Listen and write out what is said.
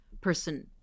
person